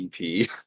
EP